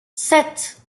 sept